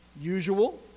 usual